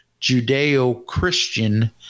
Judeo-Christian